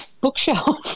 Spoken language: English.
bookshelf